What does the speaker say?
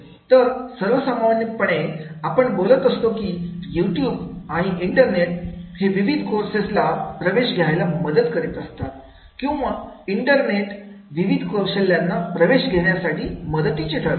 तर सर्वसामान्यपणे आपण बोलत असतो की यूट्यूब आणि इंटरनेट हे विविध कोर्सेस ला प्रवेश घ्यायला मदत करीत असतात किंवा इंटरनेट विविध कौशल्यांना प्रवेश घेण्यास मदतीचे ठरते